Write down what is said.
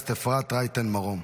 חברת הכנסת אפרת רייטן מרום.